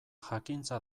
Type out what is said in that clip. jakintza